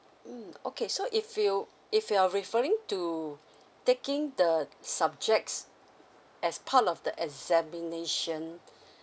mmhmm okay so if you if you're referring to taking the subjects as part of the examination